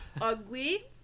Ugly